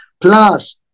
Plus